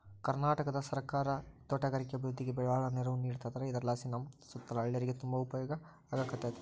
ಕರ್ನಾಟಕ ಸರ್ಕಾರ ತೋಟಗಾರಿಕೆ ಅಭಿವೃದ್ಧಿಗೆ ಬಾಳ ನೆರವು ನೀಡತದಾರ ಇದರಲಾಸಿ ನಮ್ಮ ಸುತ್ತಲ ಹಳ್ಳೇರಿಗೆ ತುಂಬಾ ಉಪಯೋಗ ಆಗಕತ್ತತೆ